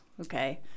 okay